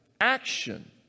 action